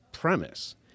premise